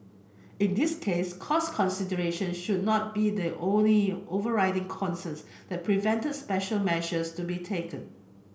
in this case cost consideration should not be the only overriding concerns that prevented special measures to be taken